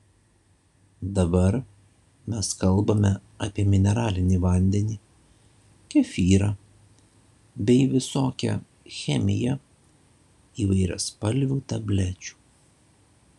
dabar mes kalbame apie mineralinį vandenį kefyrą bei visokią chemiją įvairiaspalvių tablečių